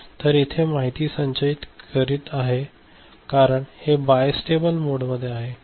तर इथे माहिती संचयित करीत आहे कारण हे बाय स्टेबल मोडमध्ये आहे